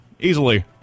Easily